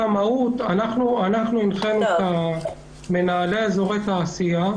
הנחינו את מנהלי אזורי התעשייה: